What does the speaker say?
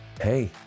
Hey